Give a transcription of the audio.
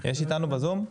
שלום.